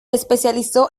especializó